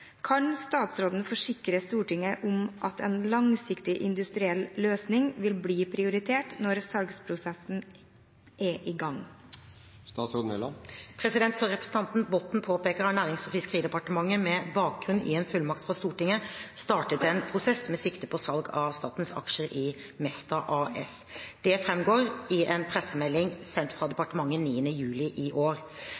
Kan statsråden forsikre Stortinget om at en langsiktig industriell løsning vil bli prioritert når salgsprosessen er i gang?» Som representanten Botten påpeker, har Nærings- og fiskeridepartementet med bakgrunn i en fullmakt fra Stortinget startet en prosess med sikte på salg av statens aksjer i Mesta AS. Det framgår av en pressemelding sendt fra